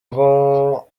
ngo